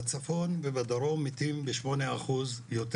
בצפון ובדרום מתים בשמונה אחוז יותר